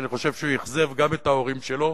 שאני חושב שהוא אכזב גם את ההורים שלו